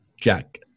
Jack